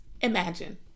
imagine